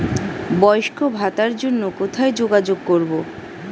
বয়স্ক ভাতার জন্য কোথায় যোগাযোগ করব?